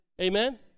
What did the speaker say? amen